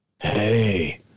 hey